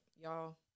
y'all